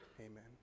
Amen